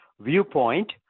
viewpoint